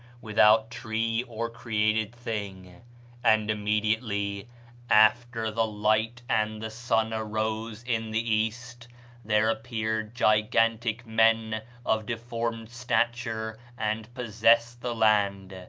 without tree or created thing and immediately after the light and the sun arose in the east there appeared gigantic men of deformed stature and possessed the land,